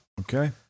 Okay